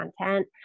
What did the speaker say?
content